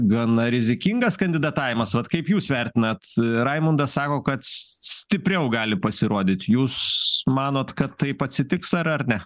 gana rizikingas kandidatavimas vat kaip jūs vertinat raimundas sako kad s stipriau gali pasirodyt jūs manot kad taip atsitiks ar ar ne